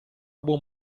buon